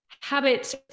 habits